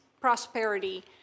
prosperity